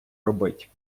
робить